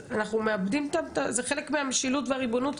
אנחנו מאבדים חלק מהמשילות והריבונות.